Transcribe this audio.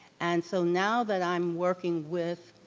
and so, now that i'm working with